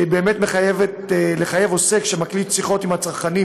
שמחייבת עוסק שמקליט שיחות עם הצרכנים